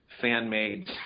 fan-made